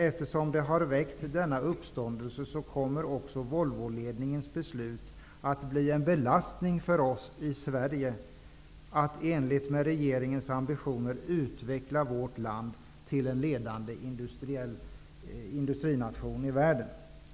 Eftersom det har väckt denna uppståndelse kommer också Volvoledningens beslut att bli en belastning för oss i Sverige när vi i enlighet med regeringens ambitioner vill utveckla vårt land till en ledande industrination i världen.